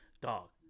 dog